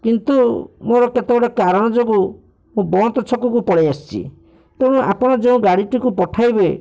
କିନ୍ତୁ ମୋର କେତେ ଗୁଡ଼େ କାରଣ ଯୋଗୁ ମୁଁ ବନ୍ତ ଛକକୁ ପଳାଇ ଆସିଛି ତେଣୁ ଆପଣ ଯେଉଁ ଗାଡ଼ିଟିକୁ ପଠାଇବେ